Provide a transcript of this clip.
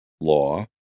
law